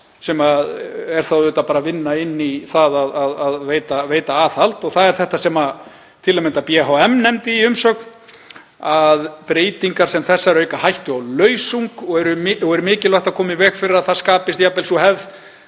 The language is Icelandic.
sem er þá bara að vinna inn í það að veita aðhald. Og það er þetta sem til að mynda BHM nefndi í umsögn, að breytingar sem þessar auki hættu á lausung og mikilvægt sé að koma í veg fyrir að það skapist jafnvel sú hefð